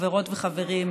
חברות וחברים,